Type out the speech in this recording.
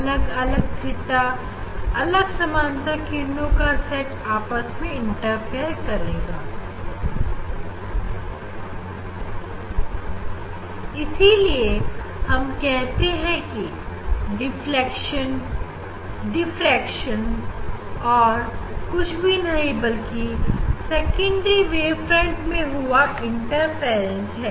अलग अलग theta अलग समांतर किरणों का सेट आपस में इंटरफेयर करेगा इसीलिए हम कहते हैं कि डिफलेक्शन और कुछ नहीं बल्कि सेकेंडरी वेवफ्रंट में हुआ इंटरफैंस है